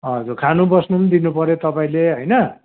हजुर खानु बस्नु पनि दिनुपऱ्यो तपाईँले होइन